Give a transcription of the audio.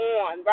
on